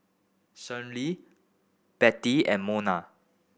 Schley Bettie and Mona